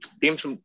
teams